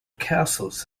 castles